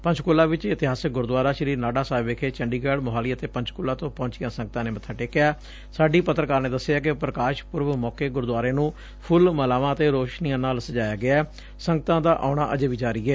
ਪੰਚਕੁਲਾ ਚ ਇਤਿਹਾਸਕ ਗੁਰਦੁਆਰਾ ਸ੍ਰੀ ਨਾਡਾ ਸਾਹਿਬ ਵਿਖੇ ਚੰਡੀਗੜ ਮੁਹਾਲੀ ਤੇ ਪੰਚਕੁਲਾ ਤੋਂ ਪਹੁੰਚੀਆਂ ਸੰਗਤਾਂ ਨੇ ਮੱਬਾ ਟੇਕਿਆਂ ਸਾਡੀ ਪੱਤਰਕਾਰ ਨੇ ਦਸਿਐ ਕਿ ਪ੍ਰਕਾਸ਼ ਪੁਰਬ ਮੌਕੇ ਗੁਦਰੁਆਰੇ ਨੂੰ ਫੁੱਲ ਮਾਲਾਵਾਂ ਅਤੇ ਰੌਸਨੀਆਂ ਨਾਲ ਸਜਾਇਆ ਗਿਆ ਸੰਗਤਾਂ ਦਾ ਆਉਣਾ ਅਜੇ ਵੀ ਜਾਰੀ ਏ